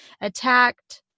attacked